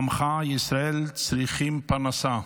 עמך ישראל צריכים פרנסה.